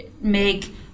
make